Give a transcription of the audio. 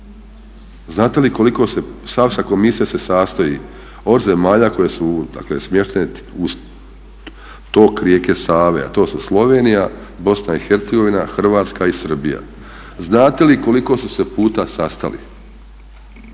Znate li koliko, Savska komisija se sastoji od zemalja koje su dakle smještene uz tok rijeke Save, a to su Slovenija, BiH, Hrvatska i Srbija. Znate li koliko su se puta sastali?